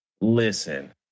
Listen